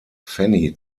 fanny